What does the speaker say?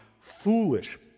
foolish